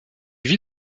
vit